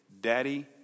Daddy